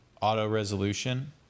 auto-resolution